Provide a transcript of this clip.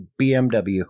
BMW